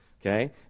Okay